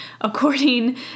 according